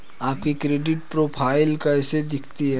आपकी credit profile कैसी दिखती है?